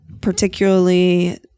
particularly